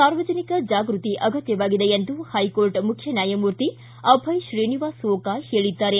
ಸಾರ್ವಜನಿಕ ಜಾಗೃತಿ ಅಗತ್ಯವಾಗಿದೆ ಎಂದು ಹೈಕೋರ್ಟ್ ಮುಖ್ಯ ನ್ಯಾಯಮೂರ್ತಿ ಅಭಯ ಶ್ರೀನಿವಾಸ ಓಕಾ ಹೇಳಿದ್ದಾರೆ